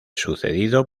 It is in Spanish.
sucedido